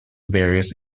various